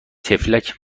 طفلک